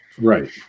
Right